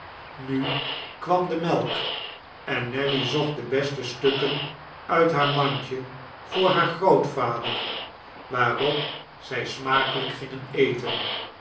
nu kwam de melk en nelly zocht debeste stukken uit haar mandje voor haar grootvader waarop zij smakelijk gingen eten